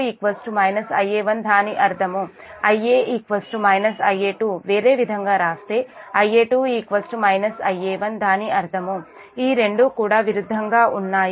దాని అర్థము Ia Ia2 వేరే విధంగా రాస్తే Ia2 Ia1 దాని అర్థము ఈ రెండూ కూడా విరుద్ధంగా ఉన్నాయి